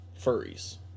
furries